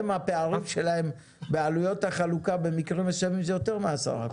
הם הפערים שלהם בעלויות החלוקה במקרים מסוימים זה יותר מ-10%.